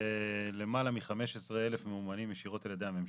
למעלה מ-15,000 ממומנים ישירות על ידי הממשלה.